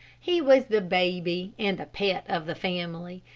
he was the baby and pet of the family,